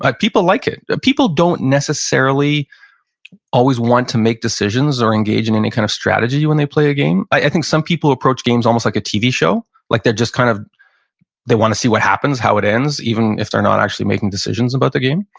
but people like it. people don't necessarily always want to make decisions or engage in any kind of strategy when they play a game. i think some people approach games almost like a tv show, like kind of they wanna see what happens, how it ends, even if they're not actually making decisions about the game.